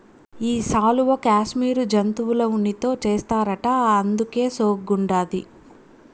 ఈ శాలువా కాశ్మీరు జంతువుల ఉన్నితో చేస్తారట అందుకే సోగ్గుండాది